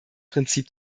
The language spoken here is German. prinzip